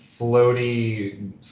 floaty